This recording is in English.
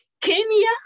Kenya